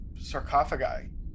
sarcophagi